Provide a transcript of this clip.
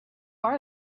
are